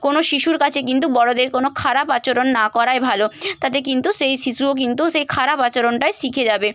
কোনো শিশুর কাছে কিন্তু বড়দের কোনো খারাপ আচরণ না করাই ভালো তাতে কিন্তু সেই শিশুও কিন্তু সেই খারাপ আচরণটাই শিখে যাবে